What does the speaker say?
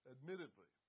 Admittedly